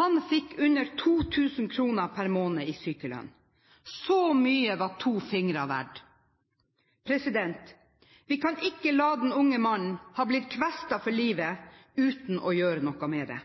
Han fikk under 2 000 kr per måned i sykelønn; så mye var to fingre verd. Vi kan ikke la den unge mannen ha blitt kvestet for livet uten å gjøre noe med det.